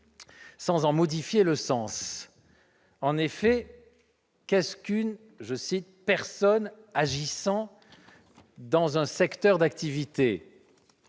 sans en modifier le sens. En effet, qu'est-ce qu'une « personne agissant dans un secteur d'activité »